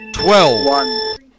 Twelve